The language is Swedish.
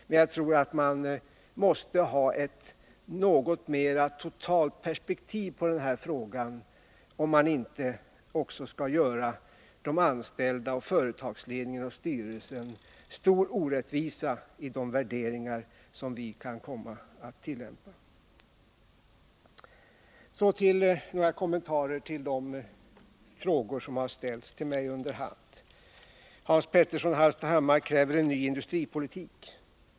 Men jag tror man måste ha ett något mera totalt perspektiv på denna fråga om man inte också skall göra de anställda, företagsledningen och styrelsen stor orättvisa i de värderingar som vi kan komma att tillämpa. Så några kommentarer till de frågor som har ställts till mig under hand. Hans Petersson i Hallstahammar kräver en ny industripolitik.